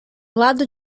lado